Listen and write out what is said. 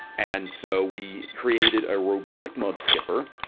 and so we created a robotic mudskipper,